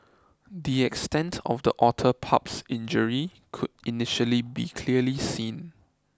the extent of the otter pup's injury could initially be clearly seen